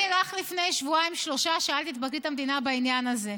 אני רק לפני שבועיים-שלושה שאלתי את פרקליט המדינה בעניין הזה.